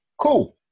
cool